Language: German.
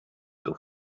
auf